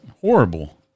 horrible